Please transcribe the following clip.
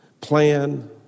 plan